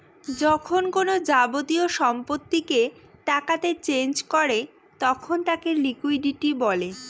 যখন কোনো যাবতীয় সম্পত্তিকে টাকাতে চেঞ করে তখন তাকে লিকুইডিটি বলে